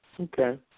Okay